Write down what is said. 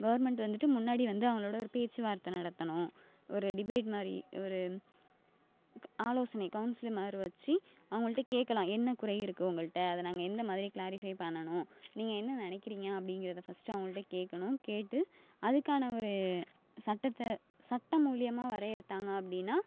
government வந்துட்டு முன்னாடி வந்து அவர்களோட ஒரு பேச்சு வார்த்தை நடத்தணும் ஒரு டிபேட் மாதிரி ஒரு ஆலோசனை கவுன்சிலிங் மாதிரி வைச்சு அவங்கள்கிட்ட கேட்கலாம் என்ன குறை இருக்குது உங்கள்கிட்ட அது நாங்கள் எந்த மாதிரி க்ளாரிஃபை பண்ணணும் நீங்கள் என்ன நினைக்கறீங்க அப்படிங்கறத ஃபஸ்ட்டு அவங்கள்கிட்ட கேட்கணும் கேட்டு அதுக்கான ஒரு சட்டத்தை சட்ட மூலிமா வரையறுத்தாங்க அப்படின்னா